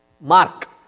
Mark